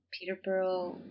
Peterborough